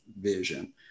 vision